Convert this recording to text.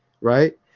right